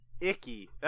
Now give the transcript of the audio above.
Icky